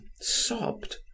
sobbed